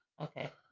Okay